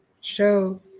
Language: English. Show